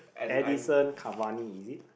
Edison-Cavani is it